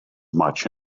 much